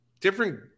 different